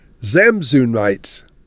Zamzunites